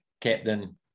captain